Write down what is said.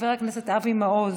חבר הכנסת אבי מעוז,